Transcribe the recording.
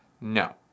No